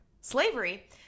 slavery